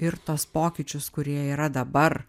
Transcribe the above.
ir tuos pokyčius kurie yra dabar